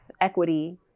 equity